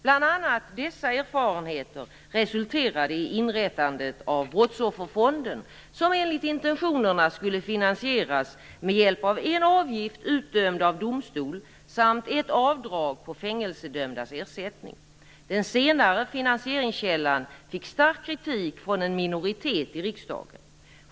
Bl.a. dessa erfarenheter resulterade i inrättandet av Brottsofferfonden, som enligt intentionerna skulle finansieras med hjälp av en avgift utdömd av domstol samt ett avdrag på fängelsedömdas ersättning. Den senare finansieringskällan fick stark kritik från en minoritet i riksdagen.